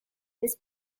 this